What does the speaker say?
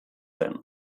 zen